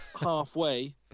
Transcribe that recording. halfway